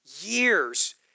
years